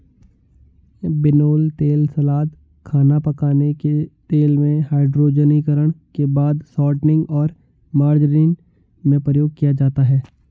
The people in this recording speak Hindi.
बिनौला तेल सलाद, खाना पकाने के तेल में, हाइड्रोजनीकरण के बाद शॉर्टनिंग और मार्जरीन में प्रयोग किया जाता है